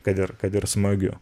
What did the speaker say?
kad ir kad ir smagiu